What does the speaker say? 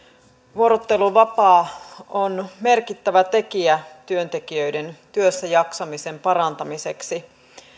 vuorotteluvapaa on merkittävä tekijä työntekijöiden työssäjaksamisen parantamiseksi